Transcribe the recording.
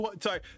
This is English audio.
sorry